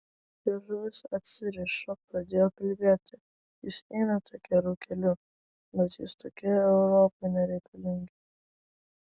liežuvis atsirišo pradėjo kalbėti jūs einate geru keliu bet jūs tokie europai nereikalingi